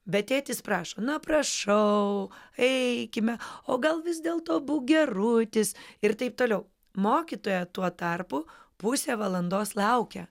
bet tėtis prašo na prašau eikime o gal vis dėlto būk gerutis ir taip toliau mokytoja tuo tarpu pusę valandos laukia